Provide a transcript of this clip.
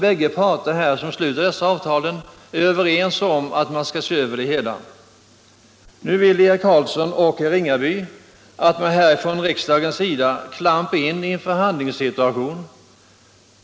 Bägge parter, som sluter dessa avtal, är alltså överens om att man skall se över det hela. Nu vill herrar Eric Carlsson och Ringaby att vi från riksdagens sida skall klampa in i en förhandlingssituation.